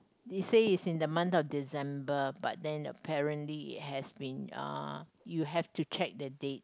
it say it's the month of December but then apparently it has been uh you have to check the date